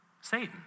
Satan